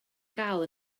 gael